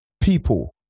People